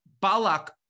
Balak